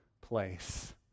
place